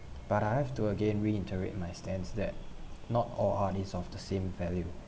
but I have to again reiterate my stance that not all art is of the same value